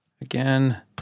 again